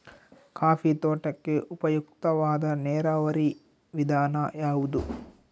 Coffee ತೋಟಕ್ಕೆ ಉಪಯುಕ್ತವಾದ ನೇರಾವರಿ ವಿಧಾನ ಯಾವುದು?